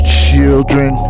children